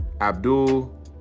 Abdul